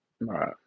Right